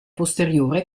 posteriore